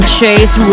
Chase